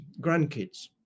grandkids